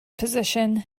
position